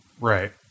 Right